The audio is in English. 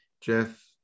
Jeff